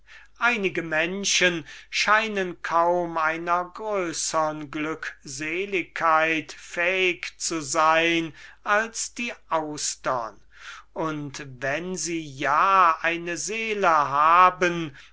einige menschen scheinen kaum einer größern glückseligkeit fähig zu sein als die austern und wenn sie ja eine seele haben